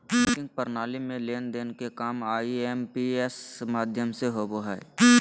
banking प्रणाली में लेन देन के काम आई.एम.पी.एस माध्यम से होबो हय